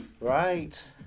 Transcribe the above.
Right